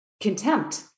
contempt